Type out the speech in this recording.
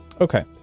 okay